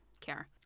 care